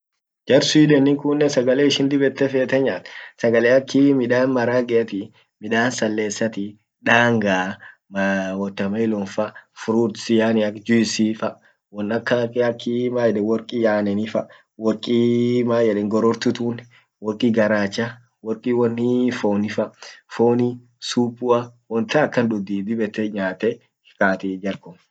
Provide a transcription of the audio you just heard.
Jar Sweden in kunnen sagale ishin dib ete nyaat, sagale akii ,midan marageati, midan salesati, danga, watermelonfa, fruits yaani ak juicefa, won akimaeden worki anenifa, worki maeden gorortu tun ,worki garacha, worki wonni fonifa, foni supua won tan akan dudhi dib ete nyaate kaati jar kun.